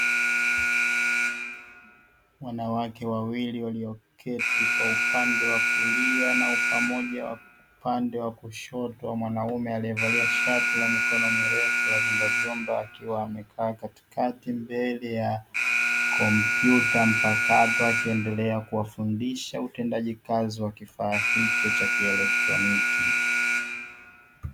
Wanawake wawili walioketi kwa upande wa kulia pamoja na upande wa kushoto wa mwanaume aliyevalia shati la mikono mirefu la vyumbavyumba, akiwa amekaa katikati mbele ya kompyuta mpakato akiendelea kuwafundisha utendaji kazi wa kifaa hicho cha kielektroniki.